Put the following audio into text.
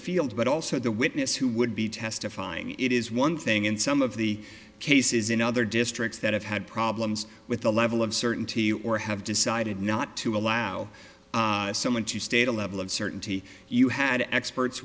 field but also the witness who would be testifying it is one thing in some of the cases in other districts that have had problems with the level of certainty or have decided not to allow someone to state a level of certainty you had experts